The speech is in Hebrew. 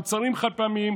מוצרים חד-פעמיים,